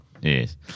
Yes